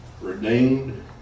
redeemed